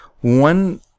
One